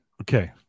okay